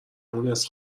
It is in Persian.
مونس